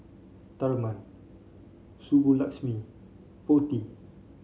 Tharman Subbulakshmi Potti